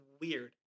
weird